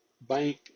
bank